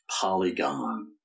polygon